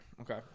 Okay